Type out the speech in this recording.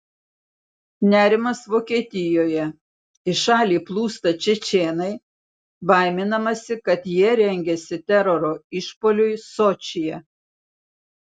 nerimas vokietijoje į šalį plūsta čečėnai baiminamasi kad jie rengiasi teroro išpuoliui sočyje